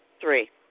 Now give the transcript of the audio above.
Three